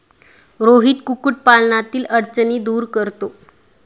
रोहित कुक्कुटपालनातील अडचणी दूर करतो